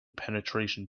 penetration